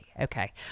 Okay